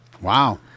Wow